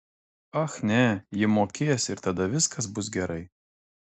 ach ne ji mokės ir tada viskas bus gerai